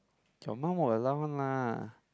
your mum will allow one lah